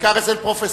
בעיקר אצל פרופסורים,